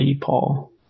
Paul